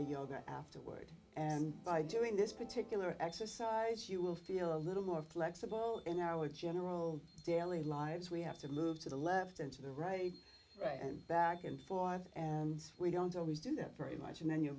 the yoga afterward and by doing this particular exercise you will feel a little more flexible in our general daily lives we have to move to the left and to the right right and back and forth and we don't always do that very much and then you